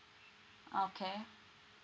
okay